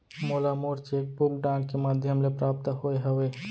मोला मोर cheque book डाक के मध्याम ले प्राप्त होय हवे